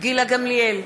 גילה גמליאל,